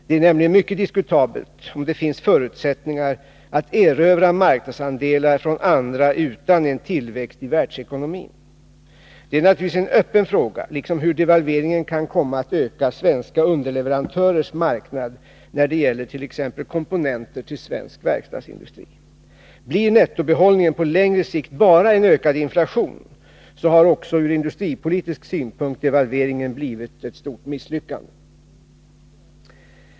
Det är nämligen mycket diskutabelt om det finns förutsättningar att erövra marknadsandelar från andra utan en tillväxt i världsekonomin. Detta är naturligtvis en öppen fråga liksom hur devalveringen kan komma att öka svenska underleverantörers marknad när det gäller t.ex. komponenter till svensk verkstadsindustri. Blir nettobehållningen på längre sikt bara en ökad inflation så har också ur industripolitisk synpunkt devalveringen blivit ett stort misslyckande.